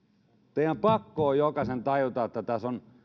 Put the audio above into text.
teidän on pakko jokaisen tajuta että